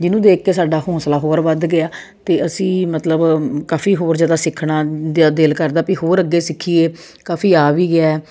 ਜਿਹਨੂੰ ਦੇਖ ਕੇ ਸਾਡਾ ਹੌਸਲਾ ਹੋਰ ਵੱਧ ਗਿਆ ਅਤੇ ਅਸੀਂ ਮਤਲਬ ਕਾਫੀ ਹੋਰ ਜ਼ਿਆਦਾ ਸਿੱਖਣਾ ਦ ਦਿਲ ਕਰਦਾ ਵੀ ਹੋਰ ਅੱਗੇ ਸਿੱਖੀਏ ਕਾਫੀ ਆ ਵੀ ਗਿਆ